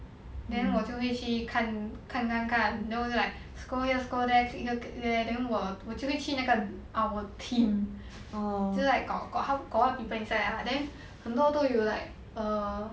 then 我就会去看看看看 then 我就 like scroll here scroll there click here click there then 我我就会去那个 err 我的 team 就是 like got got more people inside lah 很多都有 like err